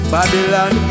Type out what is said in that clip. Babylon